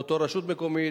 או אותה רשות מקומית,